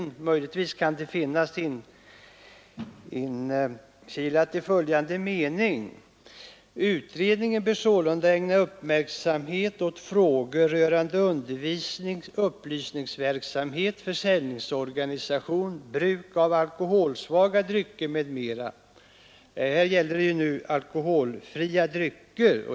Det finansministern åsyftar kan möjligen finnas inkilat i följande mening: ”Utredningen bör sålunda ägna uppmärksamhet åt frågor rörande undervisningsoch upplysningsverksamhet, försäljningsorganisation, bruk av alkoholsvaga drycker m.m.” Här gäller det nu alkoholfria drycker.